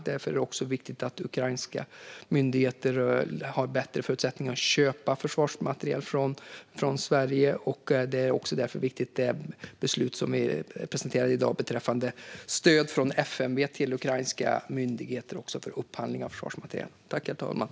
Det är också viktigt att ukrainska myndigheter har bättre förutsättningar att köpa försvarsmateriel från Sverige, och därför är beslutet som vi har presenterat i dag beträffande stöd från FMV till ukrainska myndigheter för upphandling av försvarsmateriel mycket viktigt.